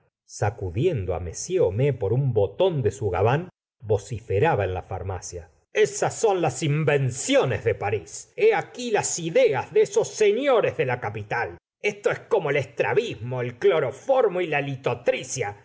sacudiendo á m homais por un botón de su gabán vociferaba en la farmacia esas son las invenciones de parís he aqui las ideas de esos señores de la capital esto es como el estrabismo el cloroformo y la